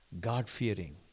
God-fearing